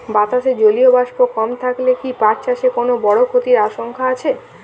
বাতাসে জলীয় বাষ্প কম থাকলে কি পাট চাষে কোনো বড় ক্ষতির আশঙ্কা আছে?